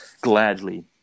gladly